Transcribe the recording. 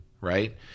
right